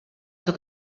sua